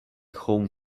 home